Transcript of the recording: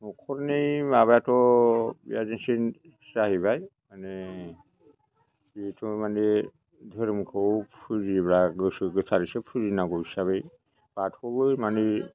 नखरनि माबायाथ' बेबादिनोसै जाहैबाय मानि जिहेथु माने धोरोमखौ फुजियोब्ला गोसो गोथारैसो फुजिनांगौ हिसाबै बाथौबो मानि